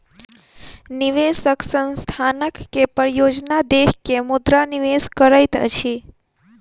निवेशक संस्थानक के परियोजना देख के मुद्रा निवेश करैत अछि